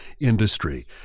industry